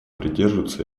придерживаться